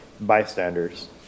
bystanders